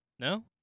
No